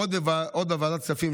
עוד בוועדת הכספים,